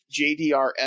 JDRF